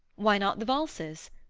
why not the valses?